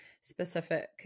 specific